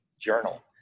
journal